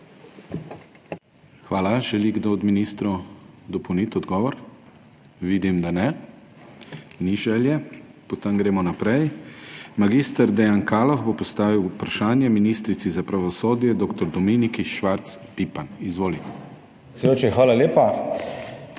Hvala. Želi kdo od ministrov dopolniti odgovor? Vidim, da ne, ni želje. Potem gremo naprej. Mag. Dejan Kaloh bo postavil vprašanje ministrici za pravosodje dr. Dominiki Švarc Pipan. Izvoli. **MAG. DEJAN KALOH